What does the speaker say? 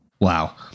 Wow